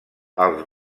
els